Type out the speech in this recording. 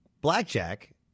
Blackjack